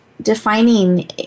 defining